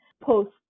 post